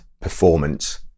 performance